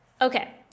Okay